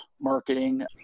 marketing